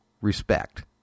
respect